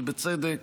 ובצדק,